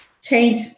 change